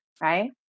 right